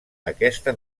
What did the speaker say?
aquesta